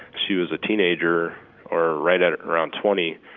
she was a teenager or right at around twenty,